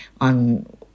on